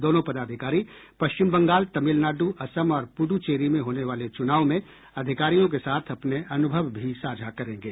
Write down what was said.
दोनों पदाधिकारी पश्चिम बंगाल तमिलनाडु असम और पुड़चेरी में होने वाले चूनाव में अधिकारियों के साथ अपने अनुभव भी साझा करेंगे